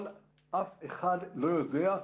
אבל אף אחד לא יודע.